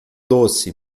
doce